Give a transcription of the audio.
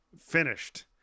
finished